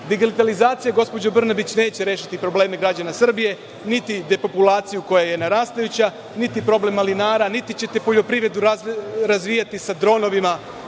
samouprave. Digitalizacija, gospođo Brnabić, neće rešiti probleme građana Srbije, niti depopulaciju, koja je narastajuća, niti problem malinara, niti ćete poljoprivredu razvijati sa dronovima